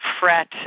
fret